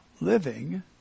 living